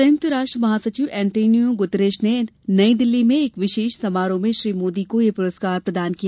संयुक्त राष्ट्र महासचिव अंतोनियो गुतरश ने नई दिल्ली में एक विशेष समारोह में श्री मोदी को यह पुरस्कार प्रदान किया